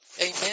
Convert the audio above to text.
Amen